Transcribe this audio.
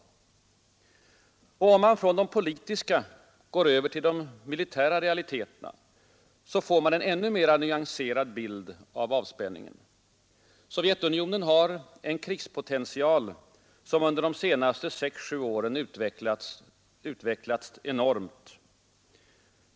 Om man från de politiska går över till de militära realiteterna, får man en ännu mera nyanserad bild av avspänningen. Sovjetunionen har en krigspotential, som under de senaste sex—sju åren utvecklats enormt.